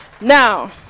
Now